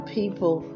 people